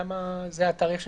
למה זה התאריך שנקבע?